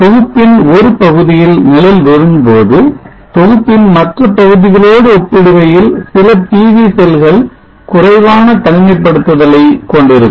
தொகுப்பின் ஒரு பகுதியில் நிழல் விழும்போது தொகுப்பின் மற்ற பகுதிகளோடு ஒப்பிடுகையில் சில PV செல்கள் குறைவான தனிமைப்படுத்துதலை கொண்டிருக்கும்